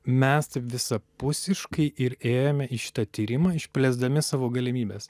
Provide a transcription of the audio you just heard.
mes taip visapusiškai ir ėjome į šitą tyrimą išplėsdami savo galimybes